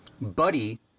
Buddy